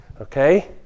Okay